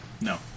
No